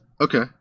Okay